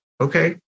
Okay